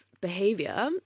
Behavior